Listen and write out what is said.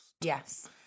yes